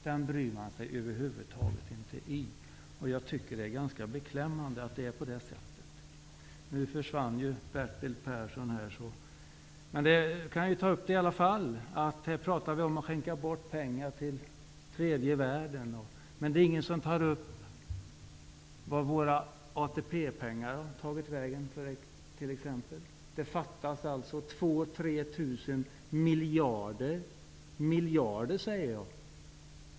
Den bryr man sig över huvud taget inte i, och jag tycker att det är ganska beklämmande att det är på det sättet. Nu försvann Bertil Persson, men jag kan ju ta upp det i alla fall, att här pratar vi om att skänka bort pengar till tredje världen, men ingen tar upp vart våra ATP-pengar har tagit vägen, t.ex. Det fattas två till tre tusen miljarder -- miljarder säger jag.